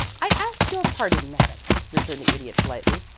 i ask your pardon, madam, returned the idiot, politely.